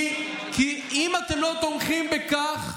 כי אם אתם לא תומכים בכך,